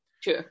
Sure